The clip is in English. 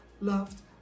loved